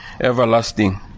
everlasting